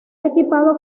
equipado